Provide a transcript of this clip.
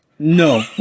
No